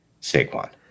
Saquon